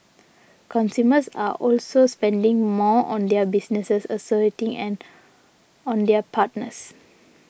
consumers are also spending more on their business associates and on their partners